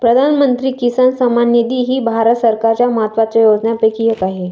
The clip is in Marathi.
प्रधानमंत्री किसान सन्मान निधी ही भारत सरकारच्या महत्वाच्या योजनांपैकी एक आहे